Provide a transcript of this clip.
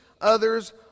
others